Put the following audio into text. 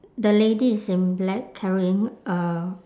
the lady is in black carrying a